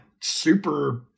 super